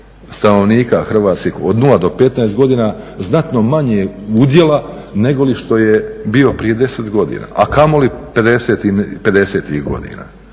stanovnika hrvatskih od 0 do 15 godina znatno manje udjela nego što je bio prije 10 godina a kamoli '50.-ih godina.